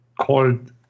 called